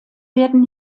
werden